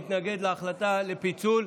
מתנגד להחלטה על פיצול.